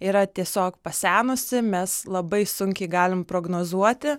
yra tiesiog pasenusi mes labai sunkiai galim prognozuoti